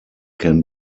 can